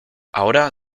ahora